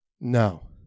No